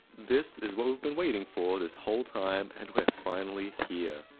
this is what we've been waiting for this whole time and we're finally here.